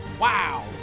Wow